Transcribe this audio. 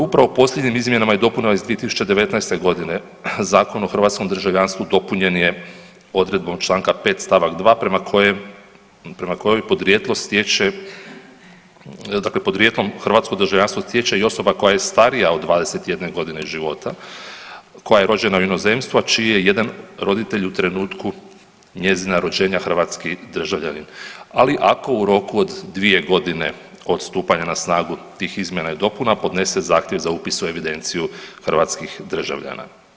Upravo posljednjim izmjenama i dopunama iz 2019. g. Zakon o hrvatskom državljanstvu dopunjen je odredbom čl. 5 st. 2 prema kojoj podrijetlo stječe, dakle podrijetlom hrvatsko državljanstvo stječe i osoba koja je starija od 21 g. života, koja je rođena u inozemstvu, a čiji je jedan roditelj u trenutku njezina rođenja hrvatski državljanin, ali ako u roku od 2 godine od stupanja na snagu tih izmjena i dopuna podnese zahtjev za upis u evidenciju hrvatskih državljana.